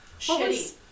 Shitty